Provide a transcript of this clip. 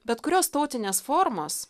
bet kurios tautinės formos